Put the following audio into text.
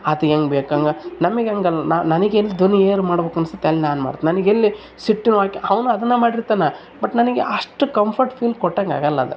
ಆತ ಹೆಂಗ್ ಬೇಕು ಹಂಗ ನಮ್ಗೆ ಹಂಗಲ್ಲ ನನಗ್ ಎಲ್ಲಿ ಧ್ವನಿ ಏರು ಮಾಡ್ಬೇಕ್ ಅನ್ಸುತ್ ಅಲ್ಲಿ ನಾನು ಮಾಡ್ತೇನೆ ನನ್ಗೆ ಎಲ್ಲಿ ಸಿಟ್ಟು ಮಾಡ್ಕ ಅ ಅದನ್ನ ಮಾಡಿರ್ತಾನೆ ಬಟ್ ನನಗೆ ಅಷ್ಟು ಕಂಫರ್ಟ್ ಫೀಲ್ ಕೊಟ್ಟಂಗೆ ಆಗೋಲ್ಲ ಅದು